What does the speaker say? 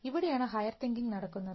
ഇവിടെയാണ് higher thinking നടക്കുന്നത്